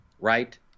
right